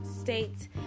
states